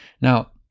now